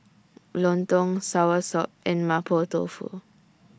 Lontong Soursop and Mapo Tofu